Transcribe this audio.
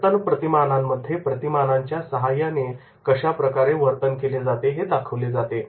वर्तन प्रतिमानांमध्ये प्रतिमानांच्या सहाय्याने कशाप्रकारे वर्तन केले जाते हे दाखवले जाते